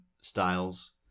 styles